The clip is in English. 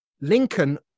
Lincoln